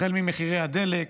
החל ממחירי הדלק,